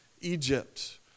Egypt